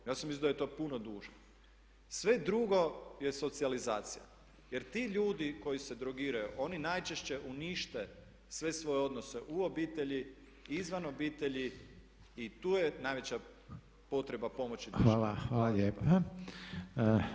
Ja sam mislio da je to puno duže, sve drugo je socijalizacija jer ti ljudi koji se drogiraju oni najčešće unište sve svoje odnose u obitelji, izvan obitelji i tu je najveća potreba pomoći